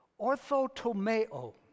Orthotomeo